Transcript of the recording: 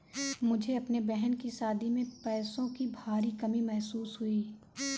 मुझे अपने बहन की शादी में पैसों की भारी कमी महसूस हुई